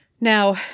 Now